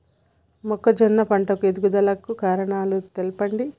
మొక్కజొన్న పంట ఎదుగుదల కు కారణాలు చెప్పండి?